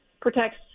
protects